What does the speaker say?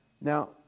Now